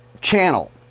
channel